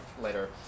later